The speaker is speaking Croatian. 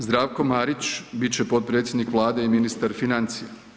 Zdravko Marić bit će potpredsjednik Vlade i ministar financija.